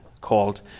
called